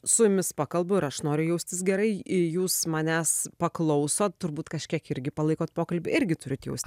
su jumis pakalbu ir aš noriu jaustis gerai į jūs manęs paklausot turbūt kažkiek irgi palaikot pokalbį irgi turit jaustis